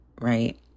right